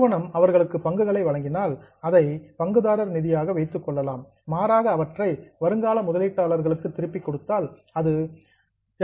நிறுவனம் அவர்களுக்கு பங்குகளை வழங்கினால் அதை பங்குதாரர் நிதியாக வைத்துக்கொள்ளலாம் மாறாக அவற்றை வருங்கால முதலீட்டாளர்களுக்கு திருப்பிக் கொடுத்தால் அது